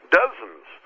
dozens